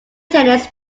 tennis